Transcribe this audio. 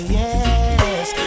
yes